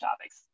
topics